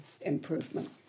improvement